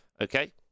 okay